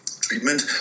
treatment